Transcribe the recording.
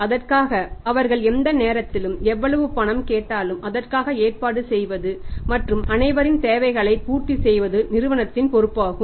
அதற்காக அவர்கள் எந்த நேரத்திலும் எவ்வளவு பணம் கேட்டாலும் அதற்காக ஏற்பாடு செய்வதும் மற்றும் அனைவரின் தேவைகளை பூர்த்தி செய்வது நிதித்துறையின் பொறுப்பாகும்